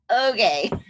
okay